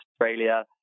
Australia